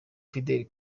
fidel